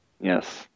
Yes